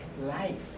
life